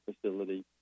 facility